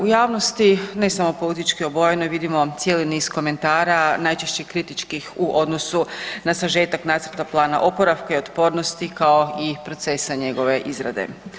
U javnosti ne samo politički obojene vidimo cijeli niz komentara, najčešće kritičkih u odnosu na sažetak Nacrta plana oporavka i otpornosti kao i procesa njegove izrade.